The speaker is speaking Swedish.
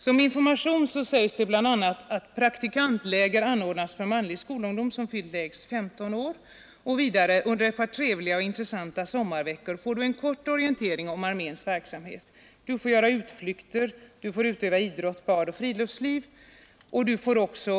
Som information sägs bl.a. att praktikantläger anordnas för manlig skolungdom som fyllt lägst 15 år. Vidare: ”Under ett par trevliga och intressanta sommarveckor får Du en kort orientering om arméns verksamhet. Du får göra utflykter till olika sevärdheter och Du får utöva idrott, bad och friluftsliv. Programmet anpassas till regementenas och truppslagens olika verksamhet.